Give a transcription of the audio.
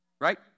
right